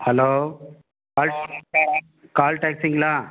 hello call டேக்சிங்களா